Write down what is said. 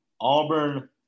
Auburn